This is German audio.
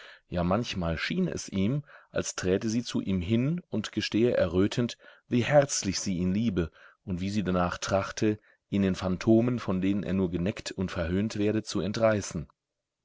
ja manchmal schien es ihm als träte sie zu ihm hin und gestehe errötend wie herzlich sie ihn liebe und wie sie danach trachte ihn den phantomen von denen er nur geneckt und verhöhnt werde zu entreißen